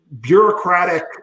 bureaucratic